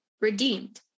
redeemed